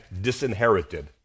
disinherited